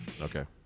Okay